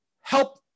help